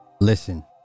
Listen